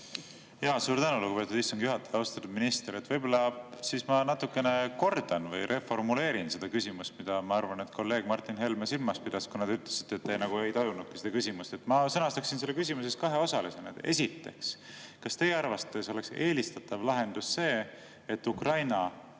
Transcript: Suur tänu, lugupeetud istungi juhataja! Austatud minister! Võib-olla ma siis natuke kordan või reformuleerin seda küsimust, mida, ma arvan, kolleeg Martin Helme silmas pidas, kuna te ütlesite, et te ei tajunud seda küsimust. Ma sõnastaksin selle küsimuse kaheosalisena. Esiteks, kas teie arvates oleks eelistatav lahendus see, et Ukraina